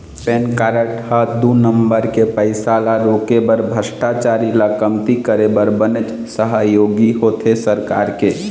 PAN card ह दू नंबर के पइसा ल रोके बर भस्टाचारी ल कमती करे बर बनेच सहयोगी होथे सरकार के